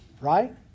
right